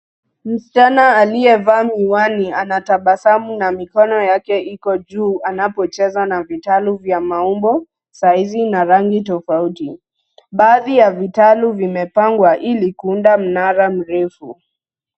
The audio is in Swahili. Msichana aliyevaa miwani anatabasamu na mikono yake iko juu anapocheza na vitalu vya maumbo, size na rangi tofauti. Baadhi ya vitalu vimepangwa ili kuunda mnara mrefu.